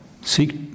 seek